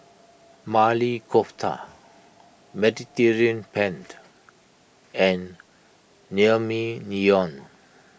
Maili Kofta Mediterranean Pent and Naengmyeon